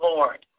Lord